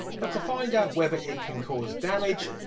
but to find out whether it can cause damage,